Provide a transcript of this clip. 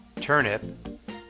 turnip